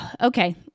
Okay